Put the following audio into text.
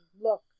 look